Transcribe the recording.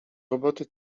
roboty